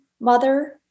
mother